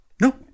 No